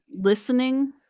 listening